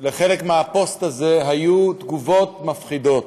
הפוסט הזה היו תגובות מפחידות: